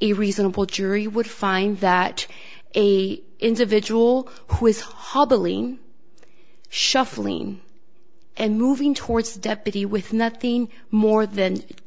a reasonable jury would find that a individual who is hobbling shuffling and moving towards the deputy with nothing more than that